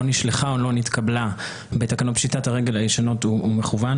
נשלחה או לא נתקבלה בתקנות פשיטת הרגל הישנות הוא מכוון.